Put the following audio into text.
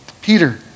Peter